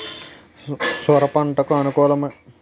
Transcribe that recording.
సొర పంటకు అనుకూలమైన వాతావరణం ఏంటి?